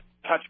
Touch